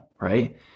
right